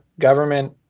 government